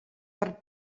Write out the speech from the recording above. per